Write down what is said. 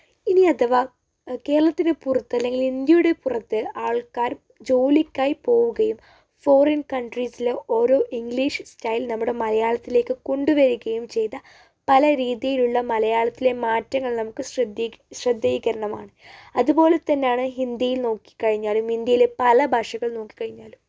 ഇനി അഥവാ കേരളത്തിന് പുറത്ത് അല്ലെങ്കിൽ ഇന്ത്യയുടെ പുറത്ത് ആൾക്കാർ ജോലിക്കായി പോവുകയും ഫോറിൻ കൺട്രീസിലെ ഓരോ ഇംഗ്ലീഷ് സ്റ്റൈൽ നമ്മുടെ മലയാളത്തിലേക്ക് കൊണ്ട് വരികയും ചെയ്ത പല രീതിയിലുള്ള മലയാളത്തിലെ മാറ്റങ്ങൾ നമുക്ക് ശ്രദ്ധി ശ്രദ്ധീകരണമാണ് അതുപോലത്തന്നാണ് ഹിന്ദിയിൽ നോക്കിക്കഴിഞ്ഞാലും ഇന്ത്യയിലെ പല ഭാഷകൾ നോക്കിക്കഴിഞ്ഞാലും